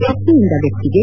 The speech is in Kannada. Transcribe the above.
ನ್ನಕ್ರಿಯಿಂದ ವ್ಯಕ್ತಿಗೆ